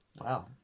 Wow